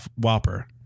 Whopper